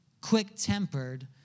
quick-tempered